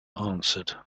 answered